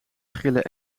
schillen